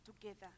together